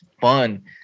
fun